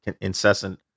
incessant